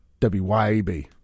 WYAB